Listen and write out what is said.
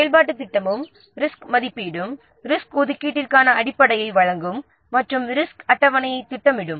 செயல்பாட்டுத் திட்டமும் ரிஸ்க் மதிப்பீடும் ரிஸ்க் ஒதுக்கீட்டிற்கான அடிப்படையை வழங்கும் மற்றும் ரிஸ்க் அட்டவணையை திட்டமிடும்